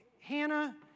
Hannah